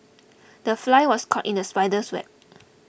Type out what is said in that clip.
the fly was caught in the spider's web